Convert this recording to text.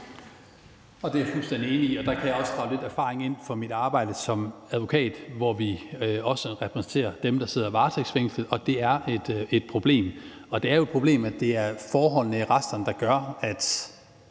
Det er jeg fuldstændig enig i. Der kan jeg også drage lidt erfaring ind fra mit arbejde som advokat, hvor vi repræsenterer dem, der sidder varetægtsfængslet. Det er jo et problem, at det er forholdene i arresterne, der gør, at